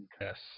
Yes